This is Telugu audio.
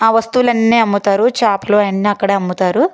ఆ వస్తువులన్నీ అమ్ముతారు చేపలు అవన్ని అక్కడే అమ్ముతారు